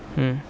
hmm